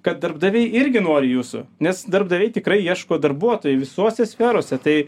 kad darbdaviai irgi nori jūsų nes darbdaviai tikrai ieško darbuotojų visose sferose tai